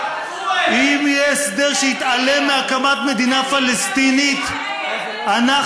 אם יהיה הסדר שיתעלם מהקמת מדינה פלסטינית אתה מאיים?